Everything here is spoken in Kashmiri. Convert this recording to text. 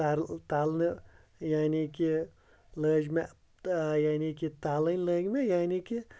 تَلنہٕ تَلنہٕ یعنے کہِ لٲج مےٚ یعنے کہِ تَلٕنۍ لٲگۍ مےٚ یعنے کہِ